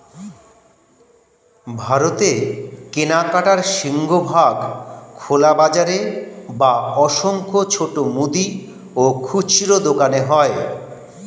ভারতে কেনাকাটার সিংহভাগ খোলা বাজারে বা অসংখ্য ছোট মুদি ও খুচরো দোকানে হয়